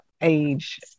age